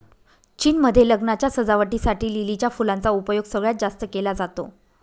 चीन मध्ये लग्नाच्या सजावटी साठी लिलीच्या फुलांचा उपयोग सगळ्यात जास्त केला जातो